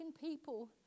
people